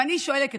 ואני שואלת אתכם: